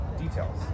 details